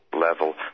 level